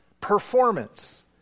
performance